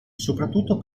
soprattutto